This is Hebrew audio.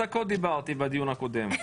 דיברתי בדיון הקודם.